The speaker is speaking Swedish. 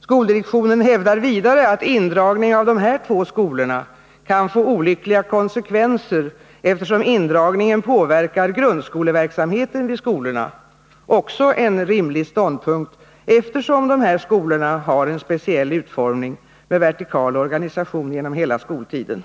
Skoldirektionen hävdar vidare att indragningen av de båda skolorna kan få olyckliga konsekvenser, eftersom indragningen påverkar grundskoleverksamheten vid skolorna. Också det är en rimlig ståndpunkt, eftersom dessa skolor har en speciell utformning, med vertikal organisation genom hela skoltiden.